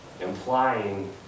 implying